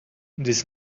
this